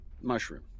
mushroom